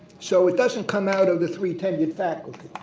so it doesn't come out of the three tenured faculty.